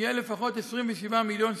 שיהיה לפחות 27 מיליוני שקלים,